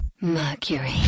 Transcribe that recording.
Mercury